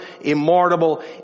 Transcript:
immortal